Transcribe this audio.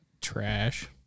Trash